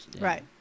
Right